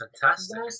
fantastic